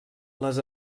les